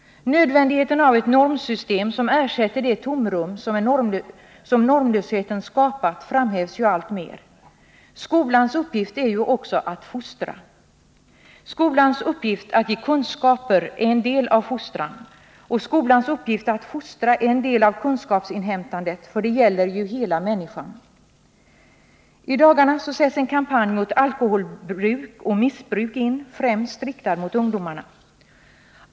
Nödvändigheten av ett normsystem som fyller det tomrum som normlösheten skapat framhävs ju alltmer. Skolans uppgift är ju också att fostra. Skolans uppgift att ge kunskaper är en del av fostran, och skolans fostrande uppgift är en del av kunskapsförmedlingen — för det gäller ju hela människan. I dagarna sätts en kampanj mot alkoholbruk och missbruk in, främst riktad till ungdomarna.